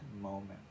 moment